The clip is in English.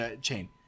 chain